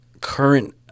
current